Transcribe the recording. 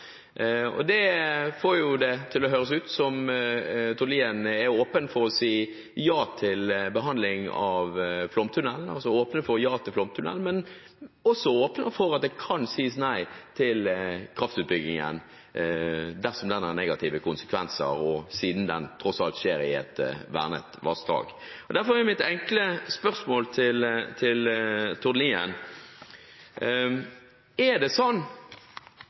Det får det til å høres ut som om Tord Lien er åpen for å si ja til behandling av flomtunnel, at han er åpen for et ja til flomtunnel, men også åpen for at det kan sies nei til kraftutbyggingen dersom den har negative konsekvenser, siden den tross alt skjer i et vernet vassdrag. Derfor er mitt enkle spørsmål til Tord Lien: Er det